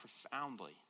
profoundly